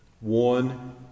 One